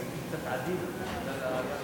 הייתי קצת עדין, אבל בגלל